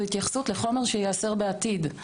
זה התייחסות לחומר שייאסר בעתיד.